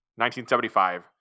1975